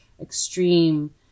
extreme